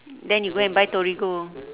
then you go and buy torigo